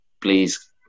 please